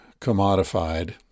commodified